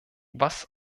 was